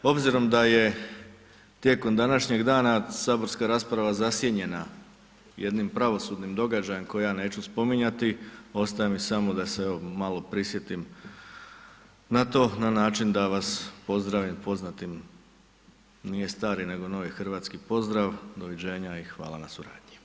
Obzirom da je tijekom današnjeg dana saborska rasprava zasjenjena jednim pravosudnim događajem koji ja neću spominjati, ostaje mi samo, evo da se malo prisjetim na to na način da vas pozdravim poznatim, nije stari, nego novi hrvatski pozdrav, doviđenja i hvala na suradnji.